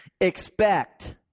expect